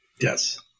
Yes